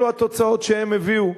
אלו התוצאות שהם הביאו.